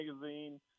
magazine